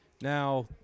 Now